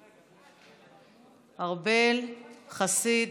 ארבל, חסיד,